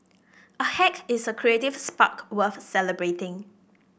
a hack is a creative spark worth celebrating